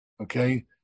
Okay